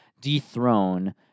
dethrone